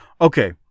Okay